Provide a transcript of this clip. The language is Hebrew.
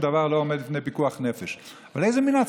שום דבר לא עומד בפני פיקוח נפש.